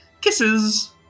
Kisses